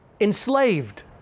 enslaved